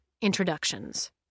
introductions